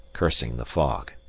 cursing the fog.